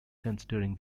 considering